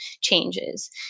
changes